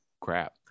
crap